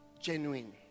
genuine